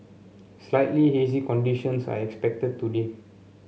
slightly hazy conditions are expected today